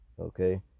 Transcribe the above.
okay